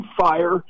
fire